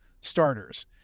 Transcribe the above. starters